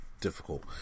difficult